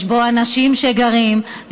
יש בו אנשים שגרים,